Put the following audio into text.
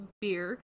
beer